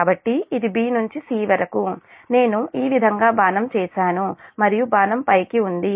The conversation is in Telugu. కాబట్టి ఇది b నుంచి c వరకు నేను ఈ విధంగా బాణం చేసాను మరియు బాణం పైకి ఉంది